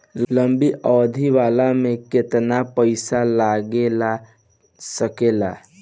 लंबी अवधि वाला में केतना पइसा लगा सकिले?